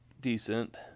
decent